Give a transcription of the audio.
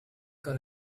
got